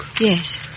Yes